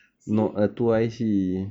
see